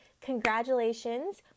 congratulations